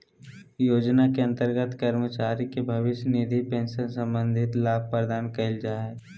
योजना के अंतर्गत कर्मचारी के भविष्य निधि पेंशन संबंधी लाभ प्रदान कइल जा हइ